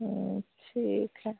ठीक है